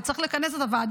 הרי אם צריך לכנס את הוועדה,